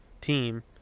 team